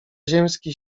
ziemski